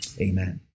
Amen